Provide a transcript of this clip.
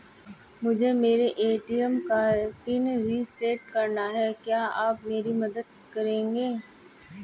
मुझे मेरे ए.टी.एम का पिन रीसेट कराना है क्या आप मेरी मदद करेंगे?